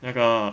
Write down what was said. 那个